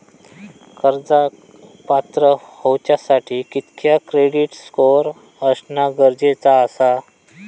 कर्जाक पात्र होवच्यासाठी कितक्या क्रेडिट स्कोअर असणा गरजेचा आसा?